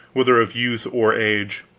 whether of youth or age.